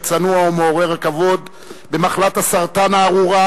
הצנוע ומעורר הכבוד במחלת הסרטן הארורה